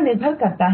है